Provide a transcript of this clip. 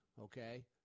okay